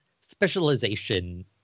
specialization